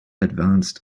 advanced